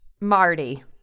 Marty